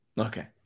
okay